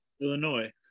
Illinois